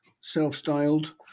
self-styled